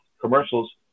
commercials